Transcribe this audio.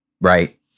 right